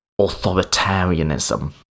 authoritarianism